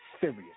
serious